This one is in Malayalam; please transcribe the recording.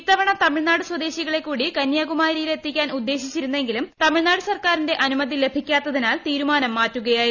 ഇത്തവണ തമിഴ്നാട് സ്വദേശികളെ കൂടി കന്യാകുമാരിയിൽ എത്തിക്കാൻ ഉദ്ദേശിച്ചിരുണെങ്കിലും തൃമിഴ്നാട് സർക്കാരിന്റെ അനുമതി ലഭിക്കാത്തിനാൽ തീരുമാനം മീറ്റുകയായിരുന്നു